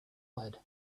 lead